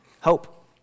hope